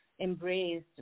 embraced